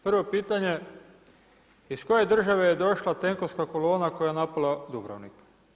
Prvo pitanje, iz koje države je došla tenkovska kolona koja je napala Dubrovnik?